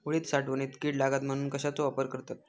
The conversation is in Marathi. उडीद साठवणीत कीड लागात म्हणून कश्याचो वापर करतत?